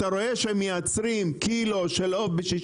אתה רואה שהם מייצרים קילו של עוף ב-6,